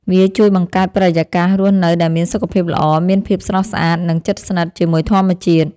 វាជួយបង្កើតបរិយាកាសរស់នៅដែលមានសុខភាពល្អ មានភាពស្រស់ស្អាត និងជិតស្និទ្ធជាមួយធម្មជាតិ។